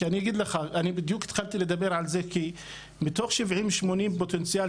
אני בדיוק התחלתי לדבר על זה כי מתוך 70-80 פוטנציאל